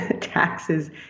taxes